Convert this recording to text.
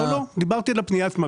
לא, דיברתי על הפנייה עצמה.